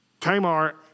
Tamar